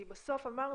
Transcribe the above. כי בסוף אמרנו,